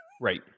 Right